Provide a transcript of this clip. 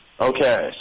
Okay